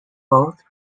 both